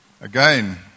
Again